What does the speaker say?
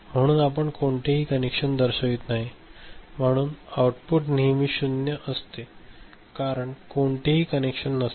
म्हणून आपण कोणतेही कनेक्शन दर्शवत नाही म्हणून ते आउटपुट नेहमी 0 असते कारण कोणतेही कनेक्शन नसते